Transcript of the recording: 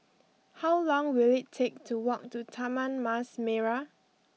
how long will it take to walk to Taman Mas Merah